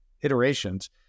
iterations